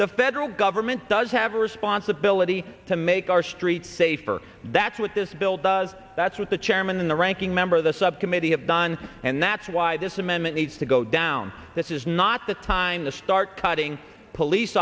the federal government does have a responsibility to make our streets safer that's what this bill does that's what the chairman and the ranking member of the subcommittee have done and that's why this amendment needs to go down this is not the time to start putting police